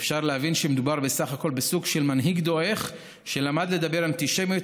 ואפשר להבין שמדובר בסך הכול בסוג של מנהיג דועך שלמד לדבר אנטישמית